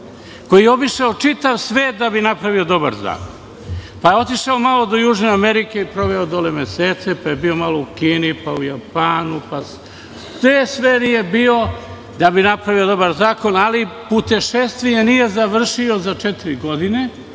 koji je obišao čitav svet da bi napravio dobar zakon. Pa je otišao malo do Južne Amerike i proveo dole mesece, pa je bio malo u Kini, u Japanu, gde sve nije bio da bi napravio dobar zakon, ali putešestvije nije završio za četiri godine,